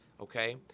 okay